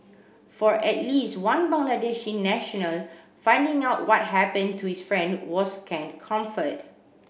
for at least one Bangladeshi national finding out what happened to his friend was scant comfort